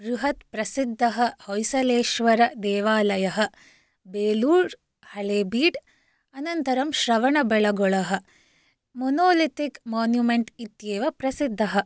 बृहद् प्रसिद्धः होयसलेश्वरः देवालयः बेलूर् हलेबीड् अनन्तरं श्रवणबेलगोलः मोनोलिथिक् मोन्युमेण्ट् इत्येव प्रसिद्धः